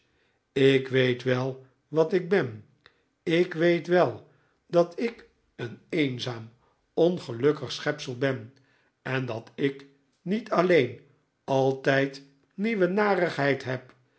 ik weet wel wat ik ben ik weet wel dat ik een eenzaam ongelukkig schepsel ben en dat ik niet alleen altijd nieuwe narigheid heb